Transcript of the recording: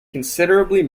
considerably